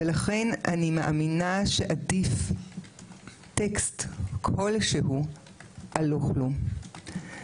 ולכן, אני מאמינה שעדיף טקסט כלשהו על לא כלום.